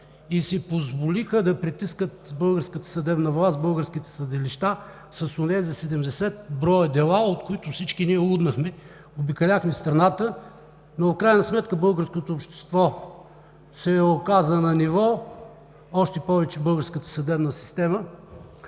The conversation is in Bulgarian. и си позволиха да притискат българската съдебна власт, българските съдилища с онези 70 броя дела, от които всички ние луднахме – обикаляхме страната, но в крайна сметка българското общество се оказа на ниво, още повече българската съдебна система,